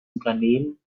unternehmen